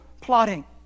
plotting